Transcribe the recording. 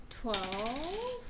Twelve